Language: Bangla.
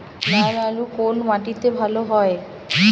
লাল আলু কোন মাটিতে ভালো হয়?